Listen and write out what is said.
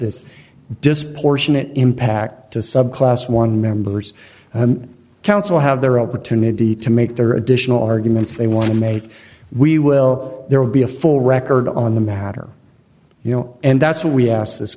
this disproportionate impact to subclass one member's counsel have their opportunity to make their additional arguments they want to make we will there will be a full record on the matter you know and that's what we asked this